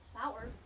Sour